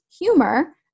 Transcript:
humor